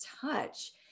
touch